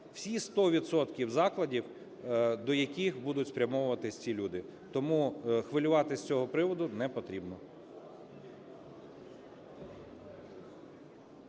відсотків закладів, до яких будуть спрямовуватися ці люди. Тому хвилюватися з цього приводу не потрібно.